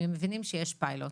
למה הפיילוט